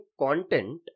content